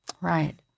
Right